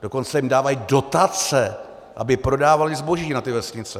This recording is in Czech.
Dokonce jim dávají dotace, aby prodávaly zboží na ty vesnice.